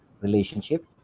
relationship